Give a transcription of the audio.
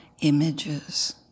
images